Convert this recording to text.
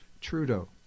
Trudeau